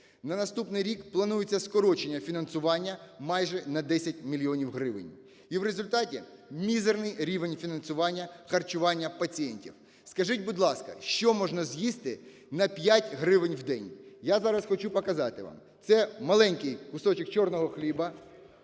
На наступний рік планується скорочення фінансування майже на 10 мільйонів гривень, і в результаті мізерний рівень фінансування харчування пацієнтів. Скажіть, будь ласка, що можна з'їсти на 5 гривень в день? Я зараз хочу показати вам. Це маленький кусочок чорного хліба,